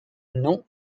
nom